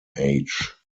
age